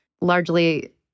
largely